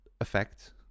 effect